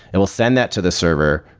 it will send that to the server.